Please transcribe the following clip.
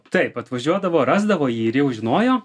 taip atvažiuodavo rasdavo jį ir jau žinojo